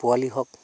পোৱালি হওক